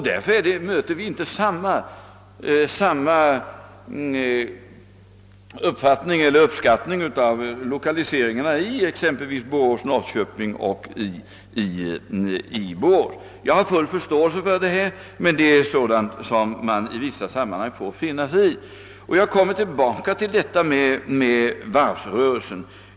Därför möter vi inte samma uppskattning av lokaliseringarna i Oskarshamn som i exempelvis Borås och Norrköping. Jag har som sagt full förståelse för detta, men det är sådant som man i vissa sammanhang får finna sig i. Jag kommer tillbaka till frågan om varvsrörelsen.